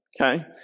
Okay